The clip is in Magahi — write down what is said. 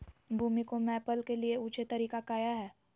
भूमि को मैपल के लिए ऊंचे तरीका काया है?